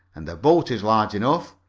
and the boat is large enough.